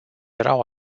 erau